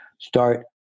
start